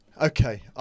Okay